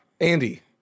Andy